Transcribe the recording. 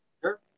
Sure